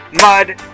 mud